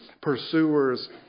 Pursuers